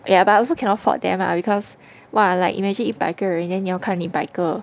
ya but also cannot fault them lah because !wah! like imagine 一百个人 and then 你要看一百个